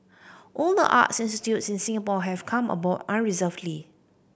all the art institutes in Singapore have come aboard unreservedly